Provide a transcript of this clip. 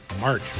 March